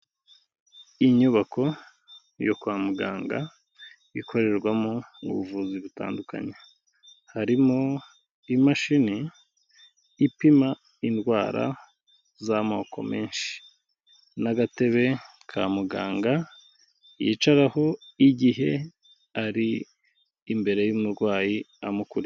Inyubako yo kwa muganga ikorerwamo ubuvuzi butandukanye, harimo imashini ipima indwara z'amoko menshi, n'agatebe ka muganga yicaraho igihe ari imbere y'umurwayi amukuri.